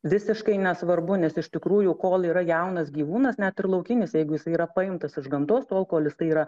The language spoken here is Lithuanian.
visiškai nesvarbu nes iš tikrųjų kol yra jaunas gyvūnas net ir laukinis jeigu jisai yra paimtas iš gamtos tol kol jisai yra